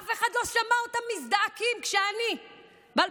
אף אחד לא שמע אותם מזדעקים כשאני ב-2015,